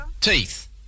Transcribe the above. Teeth